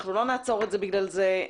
לא נעצור את זה בגלל זה.